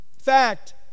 fact